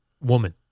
woman